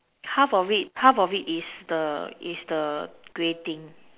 half of it half of it is the is the grey thing